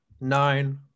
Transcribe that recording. nine